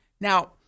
Now